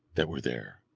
that were there?